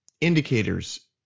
indicators